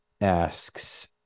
asks